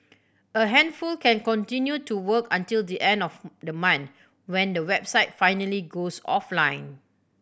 a handful can continue to work until the end of the month when the website finally goes offline